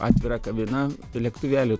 atvira kabina lėktuvėliu